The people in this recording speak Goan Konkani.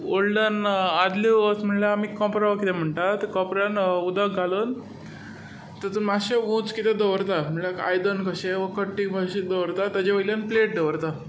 ओल्डन आदल्यो वस्त म्हणल्यार आमी जे कोंपरो कितें म्हणटात कोपऱ्यांत उदक घालून तातूंत मातशें उंच कितें दवरता म्हणल्यार आयदन कशें ओर कट्टी कशी दवरता ताचे वयल्यान प्लॅट दवरता